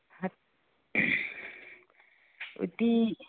ꯎꯇꯤ